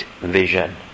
vision